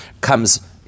comes